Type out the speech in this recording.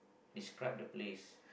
describe the places